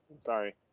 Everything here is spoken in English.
Sorry